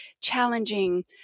challenging